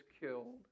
killed